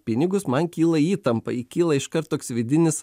pinigus man kyla įtampa įkyla iškart toks vidinis